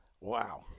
Wow